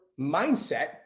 mindset